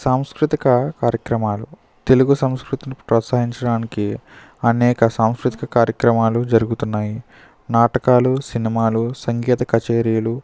సాంస్కృతిక కార్యక్రమాలు తెలుగు సంస్కృతిని ప్రోత్సహించడానికి అనేక సాంస్కృతిక కార్యక్రమాలు జరుగుతున్నాయి నాటకాలు సినిమాలు సంగీత కచేరీలు